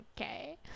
Okay